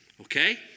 Okay